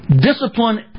Discipline